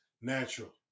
natural